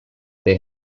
they